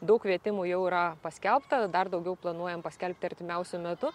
daug kvietimų jau yra paskelbta dar daugiau planuojam paskelbti artimiausiu metu